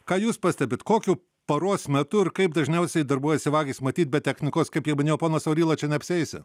ką jūs pastebit kokiu paros metu ir kaip dažniausiai darbuojasi vagys matyt be technikos kaip jau minėjo ponas auryla čia neapsieisi